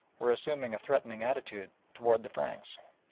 were assuming a threatening attitude towards the franks,